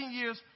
years